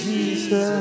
Jesus